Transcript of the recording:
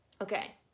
Okay